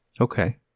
Okay